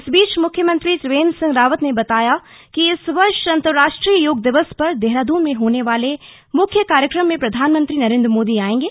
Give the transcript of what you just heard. इस बीच मुख्यमंत्री त्रियेंद्र सिंह रावत ने बताया कि इस वर्ष अंतरराष्ट्रीय योग दिवस पर देहरादून में होने वाले मुख्य कार्यक्रम में प्रधानमंत्री नरेन्द्र मोदी आयेंगे